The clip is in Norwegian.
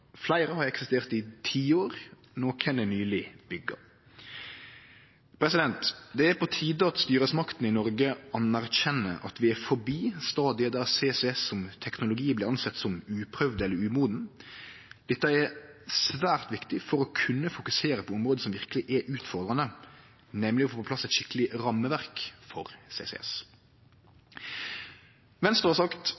Fleire har eksistert i tiår, nokre er nyleg bygde. Det er på tide at styresmaktene i Noreg anerkjenner at vi er forbi stadiet der CCS som teknologi blir sett på som uprøvd eller umodent. Dette er svært viktig for å kunne fokusere på området som verkeleg er utfordrande, nemleg å få på plass eit skikkeleg rammeverk for